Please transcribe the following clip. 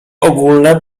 ogólne